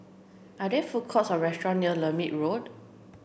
are there food courts or restaurants near Lermit Road